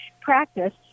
practice